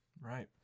Right